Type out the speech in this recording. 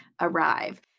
arrive